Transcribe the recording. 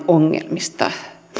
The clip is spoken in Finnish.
ongelmista